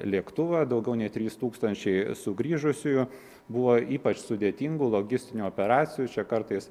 lėktuvą daugiau nei trys tūkstančiai sugrįžusiųjų buvo ypač sudėtingų logistinių operacijų čia kartais